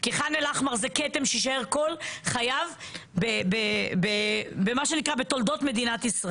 כי זה כתם שיישאר כל חייו בתולדת מדינת ישראל.